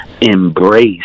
embrace